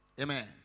amen